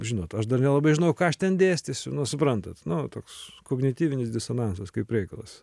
žinot aš dar nelabai žinojau ką aš ten dėstysiu nu suprantat nu toks kognityvinis disonansas kaip reikalas